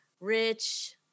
rich